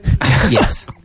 Yes